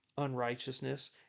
unrighteousness